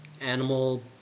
animal